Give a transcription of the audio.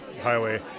highway